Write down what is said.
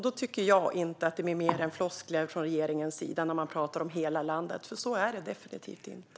Då tycker jag inte att det blir mer än floskler från regeringens sida när man talar om hela landet, för så är det definitivt inte.